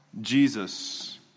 Jesus